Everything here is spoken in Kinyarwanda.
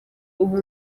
ubu